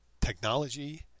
technology